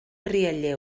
rialler